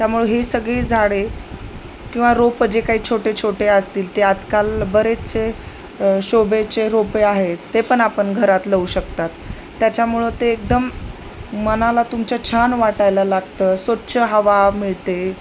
त्यामुळे ही सगळी झाडे किंवा रोपं जे काही छोटे छोटे असतील ते आजकाल बरेचसे शोभेचे रोपे आहेत ते पण आपण घरात लावू शकतात त्याच्यामुळं ते एकदम मनाला तुमचं छान वाटायला लागतं स्वच्छ हवा मिळते